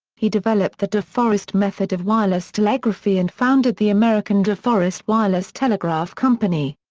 he developed the de forest method of wireless telegraphy and founded the american de forest wireless telegraph company.